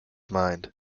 mind